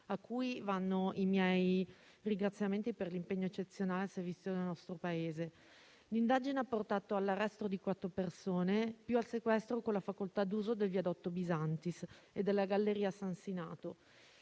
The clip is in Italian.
cui vanno i miei ringraziamenti per l'impegno eccezionale al servizio del nostro Paese. L'indagine ha portato all'arresto di quattro persone, più al sequestro con la facoltà d'uso del viadotto Bisantis e della galleria Sansinato.